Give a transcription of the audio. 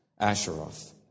Asheroth